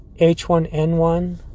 H1N1